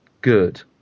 good